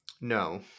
No